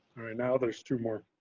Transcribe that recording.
now there's two more.